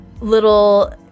little